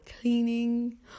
cleaning